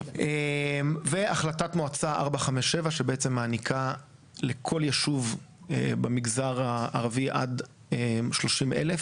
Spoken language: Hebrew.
והחלטת מועצה 457 שבעצם מעניקה לכל יישוב במגזר הערבי עד 30,000,